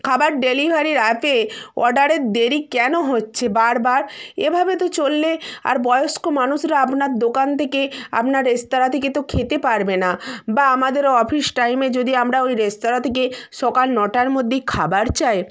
খাবার ডেলিভারির অ্যাপে অর্ডারের দেরি কেন হচ্ছে বারবার এভাবে তো চললে আর বয়েস্ক মানুষেরা আপনার দোকান থেকে আপনার রেস্তোরাঁ থেকে তো খেতে পারবে না বা আমাদেরও অফিস টাইমে যদি আমরা ওই রেস্তোরাঁ থেকে সকাল নটার মধ্যে খাবার চায়